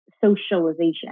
socialization